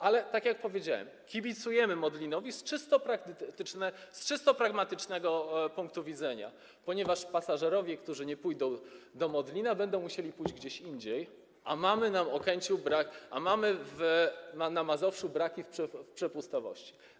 Ale tak jak powiedziałem, kibicujemy Modlinowi z czysto pragmatycznego punktu widzenia, ponieważ pasażerowie, którzy nie pójdą do Modlina, będą musieli pójść gdzie indziej, a mamy na Okęciu braki, mamy na Mazowszu braki w przepustowości.